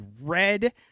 red